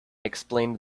explained